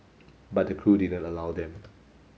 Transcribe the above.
but the crew didn't allow them